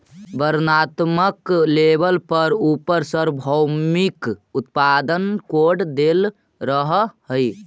वर्णात्मक लेबल पर उपर सार्वभौमिक उत्पाद कोड देल रहअ हई